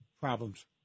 problems